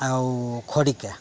ଆଉ ଖଡ଼ିକା